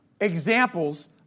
examples